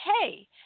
hey